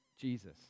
jesus